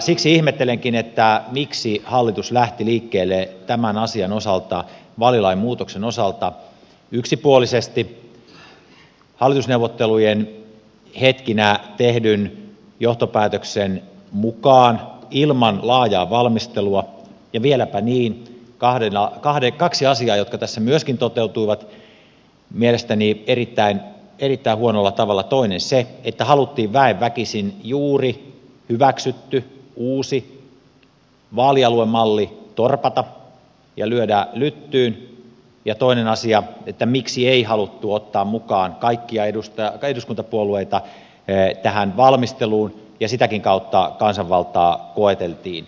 siksi ihmettelenkin miksi hallitus lähti liikkeelle tämän asian osalta vaalilain muutoksen osalta yksipuolisesti hallitusneuvottelujen hetkinä tehdyn johtopäätöksen mukaan ilman laajaa valmistelua ja vieläpä niin kaksi asiaa jotka tässä myöskin toteutuivat mielestäni erittäin huonolla tavalla että haluttiin väen väkisin juuri hyväksytty uusi vaalialuemalli torpata ja lyödä lyttyyn mikä on toinen asia ja toinen asia on se miksi ei haluttu ottaa mukaan kaikkia eduskuntapuolueita tähän valmisteluun ja sitäkin kautta kansanvaltaa koeteltiin negatiivisella tavalla